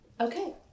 Okay